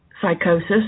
psychosis